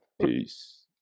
Peace